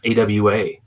AWA